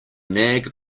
nag